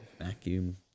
vacuum